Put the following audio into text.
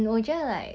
mm